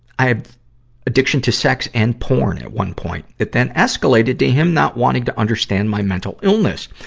i have addiction to sex and porn at one point. it then escalated to him not wanting to understand my mental illness.